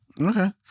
Okay